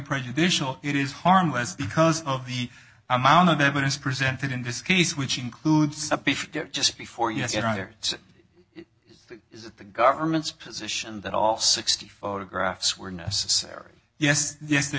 prejudicial it is harmless because of the amount of evidence presented in this case which includes just before us here either is that the government's position that all sixty photographs were necessary yes yes they